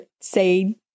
say